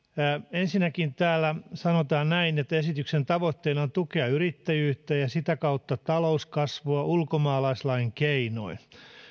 ensinnäkin täällä sanotaan näin esityksen tavoitteena on tukea yrittäjyyttä ja sitä kautta talouskasvua ulkomaalaislain keinoin